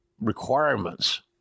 requirements